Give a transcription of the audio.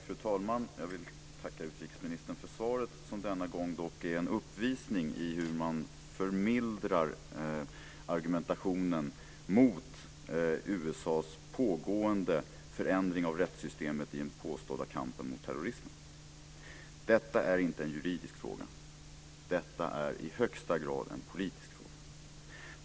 Fru talman! Jag vill tacka utrikesministern för svaret, som denna gång dock är en uppvisning i hur man förmildrar argumentationen mot USA:s pågående förändring av rättssystemet i den påstådda kampen mot terrorismen. Detta är inte en juridisk fråga. Detta är i högsta grad en politisk fråga.